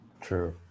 True